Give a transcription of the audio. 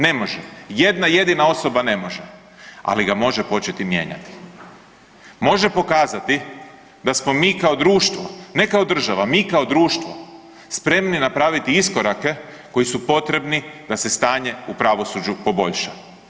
Ne može, jedna jedina osoba ne može, ali ga može početi mijenjati, može pokazati da smo mi kao društvo, ne kao država, mi kao društvo, spremni napraviti iskorake koji su potrebni da se stanje u pravosuđu poboljša.